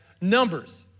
numbers